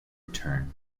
returned